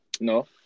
No